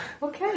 Okay